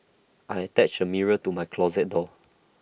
I attached A mirror to my closet door